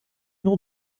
non